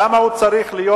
למה הוא צריך להיות,